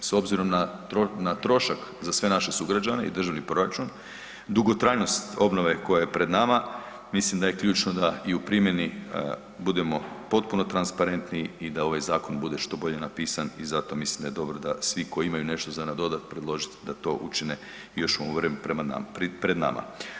S obzirom na trošak za sve naše sugrađane i državni proračun, dugotrajnost obnove koja je pred nama, mislim da je ključno da i u primjeni budemo potpuno transparentni i da ovaj zakon bude što bolje napisan i zato mislim da je dobro da svi koji imaju nešto za nadodati, predložiti da to učine još u ovom vremenu pred nama.